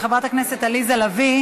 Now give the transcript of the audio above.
תודה רבה לחברת הכנסת עליזה לביא.